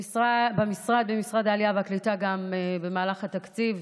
במשרד העלייה והקליטה במהלך התקציב,